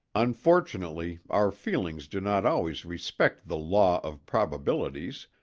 unfortunately, our feelings do not always respect the law of probabilities,